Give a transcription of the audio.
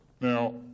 now